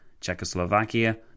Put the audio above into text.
Czechoslovakia